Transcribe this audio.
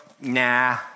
nah